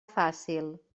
fàcil